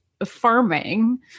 affirming